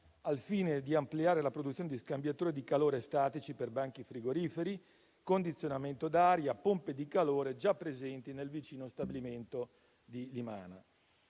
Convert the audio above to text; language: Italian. al fine di ampliare la produzione di scambiatori di calore statici per banchi frigoriferi, condizionamento d'aria, pompe di calore, già presenti nel vicino stabilimento di Limana.